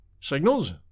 Signals